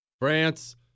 France